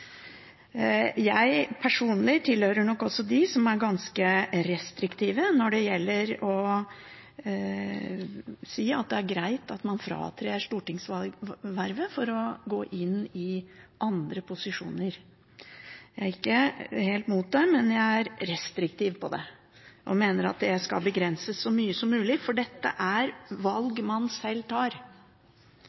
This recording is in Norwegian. Personlig tilhører nok jeg dem som er ganske restriktive når det gjelder å si at det er greit at man fratrer stortingsvervet for å gå inn i andre posisjoner. Jeg er ikke helt imot det, men jeg er restriktiv til det og mener at det skal begrenses så mye som mulig, for dette er valg man sjøl tar.